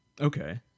Okay